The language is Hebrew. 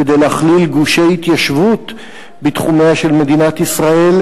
כדי להכליל גושי התיישבות בתחומיה של מדינת ישראל,